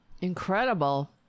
Incredible